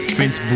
Prince